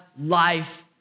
life